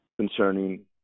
concerning